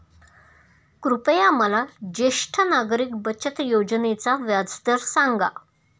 कृपया मला ज्येष्ठ नागरिक बचत योजनेचा व्याजदर सांगा